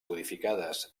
codificades